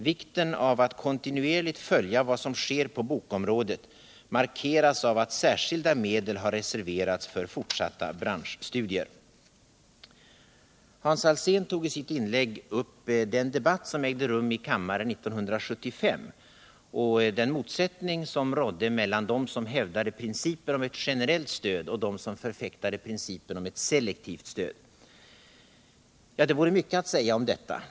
Vikten av att kontinuerligt följa vad som sker på bokområdet markeras av att särskilda medel har reserverats för fortsatta branschstudier. Hans Alsén tog i sit inlägg upp den debatt som ägde rum i kammaren 1975 och den motsättning som rådde mellan dem som hävdade principen om ett generellt stöd och dem som förfäktade principen om ett selektivt stöd. Det vore mycket att säga om detta.